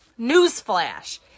Newsflash